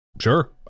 sure